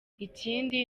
ikindi